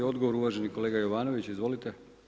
Odgovor uvaženi kolega Jovanović, izvolite.